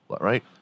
right